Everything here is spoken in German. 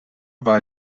war